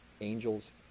angels